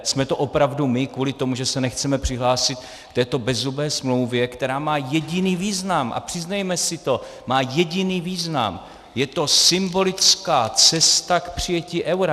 Jsme to opravdu my, kvůli tomu, že se nechceme přihlásit k této bezzubé smlouvě, která má jediný význam a přiznejme si to, má jediný význam, je to symbolická cesta k přijetí eura.